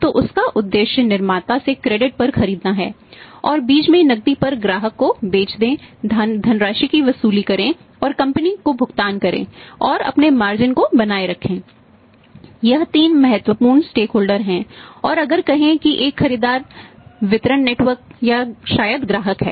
तो उसका उद्देश्य निर्माता से क्रेडिट या शायद ग्राहक है